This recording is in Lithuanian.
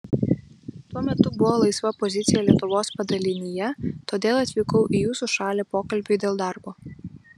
tuo metu buvo laisva pozicija lietuvos padalinyje todėl atvykau į jūsų šalį pokalbiui dėl darbo